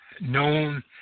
known